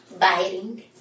Biting